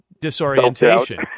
disorientation